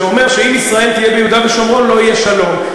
שאומר שאם ישראל תהיה ביהודה ושומרון לא יהיה שלום.